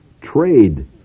trade